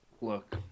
Look